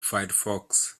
firefox